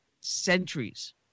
centuries